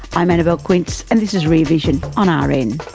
i'm annabelle quince and this is rear vision on ah rn